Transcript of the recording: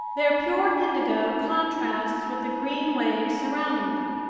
their pure indigo contrasts with the green waves surrounding them.